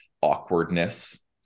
awkwardness